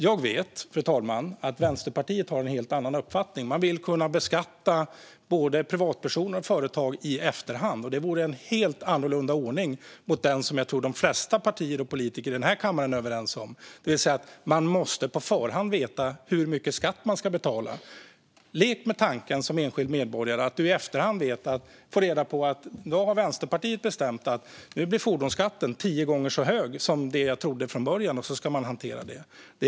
Jag vet, fru talman, att Vänsterpartiet har en helt annan uppfattning. Man vill kunna beskatta både privatpersoner och företag i efterhand. Det vore en helt annorlunda ordning än den som jag tror att de flesta partier och politiker här i kammaren är överens om. Man måste på förhand veta hur mycket skatt man ska betala. Lek med tanken att man som enskild medborgare i efterhand får reda på att nu har Vänsterpartiet bestämt att fordonsskatten blir tio gånger så hög som man trodde från början, och så ska man ska hantera det.